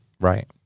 Right